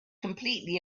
completely